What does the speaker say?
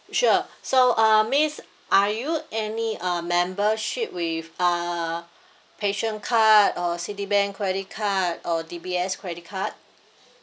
sure so uh miss are you any uh membership with uh passion card or citibank credit card or D_B_S credit card